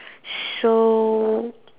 so